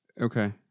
Okay